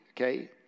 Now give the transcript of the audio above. okay